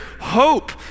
hope